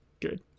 good